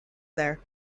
there